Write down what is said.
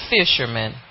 fishermen